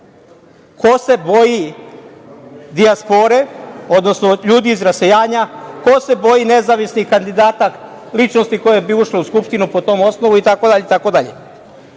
Ko se boji dijaspore, odnosno ljudi iz rasejanja? Ko se boji nezavisnih kandidata, ličnosti koje bi ušle u Skupštinu po tom osnovu itd?